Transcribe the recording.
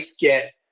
get